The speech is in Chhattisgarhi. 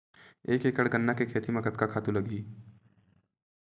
एक एकड़ गन्ना के खेती म कतका खातु लगही?